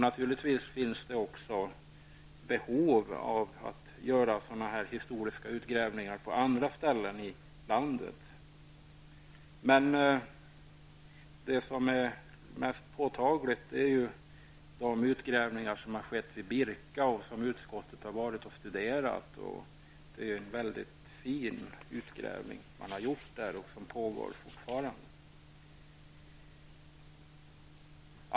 Naturligtvis finns det också behov av att göra sådana historiska utgrävningar på andra ställen i landet. Men det mest påtagliga är de utgrävningar som har skett vid Birka och som utskottet har studerat. Det är en fin utgrävning som har gjorts där och som pågår fortfarande.